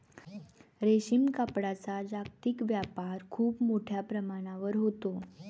रेशीम कापडाचा जागतिक व्यापार खूप मोठ्या प्रमाणावर होतो